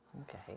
Okay